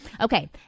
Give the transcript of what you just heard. Okay